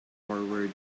forward